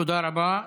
תודה רבה,